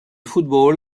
football